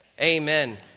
amen